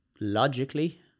logically